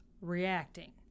reacting